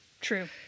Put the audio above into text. True